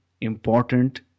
important